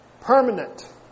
permanent